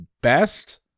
best